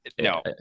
no